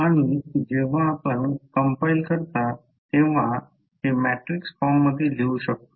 आणि जेव्हा आपण कंपाईल करतो तेव्हा हे मॅट्रिक्स फॉर्म मध्ये लिहू शकतो